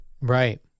Right